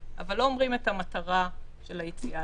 אבל לא אומרים את המטרה של היציאה.